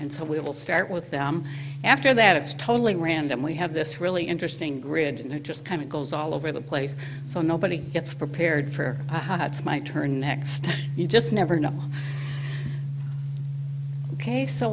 and so we will start with them after that it's totally random we have this really interesting grid and it just kind of goes all over the place so nobody gets prepared for how it's my turn next you just never know